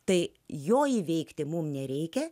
tai jo įveikti mums nereikia